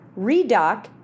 Redoc